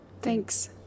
Thanks